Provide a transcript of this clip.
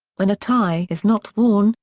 when a tie is not worn,